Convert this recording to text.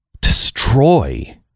destroy